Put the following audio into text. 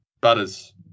butters